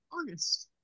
August